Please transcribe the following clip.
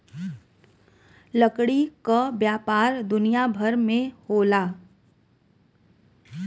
लकड़ी क व्यापार दुनिया भर में होला